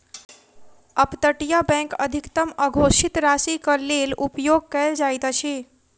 up तटीय bank अधिकतम अघोषित राशिक लेल उपयोग कयल जाइत अछि